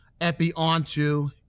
Epi-onto